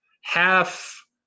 half